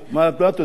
מה תודה לי?